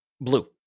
blue